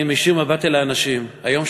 אני מישיר מבט אל האנשים היום,